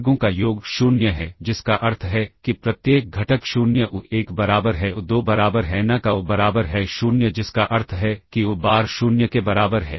वर्गों का योग 0 है जिसका अर्थ है कि प्रत्येक घटक 0 u1 बराबर है u2 बराबर है n का u बराबर है 0 जिसका अर्थ है कि u बार 0 के बराबर है